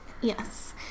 Yes